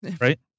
Right